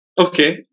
Okay